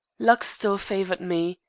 luck still favored me.